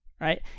right